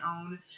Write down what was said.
own